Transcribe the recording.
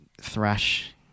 thrash